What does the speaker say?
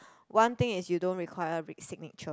one thing is you don't require re~ signature